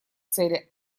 цели